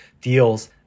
deals